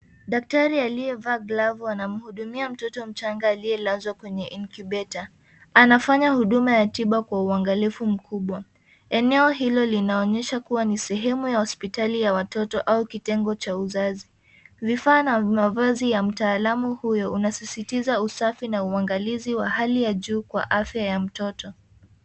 Daktari aliyevaa glavu anamhudumia mtoto mchanga aliyelazwa kwenye incubator . Anafanya huduma ya tiba kwa uangalifu mkubwa. Eneo hilo linaonyesha kuwa ni sehemu ya hospitali ya watoto au kitengo cha uzazi. Vifaa na mavazi ya mtaalamu huyo unasisitiza usafi na uangalizi wa hali ya juu kwa afya ya mtoto.